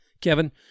Kevin